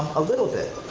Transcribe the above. a little bit,